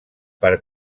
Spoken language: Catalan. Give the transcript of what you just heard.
per